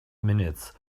minutes